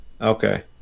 Okay